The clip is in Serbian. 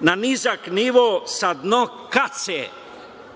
na nizak nivo sa dno kace,